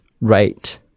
right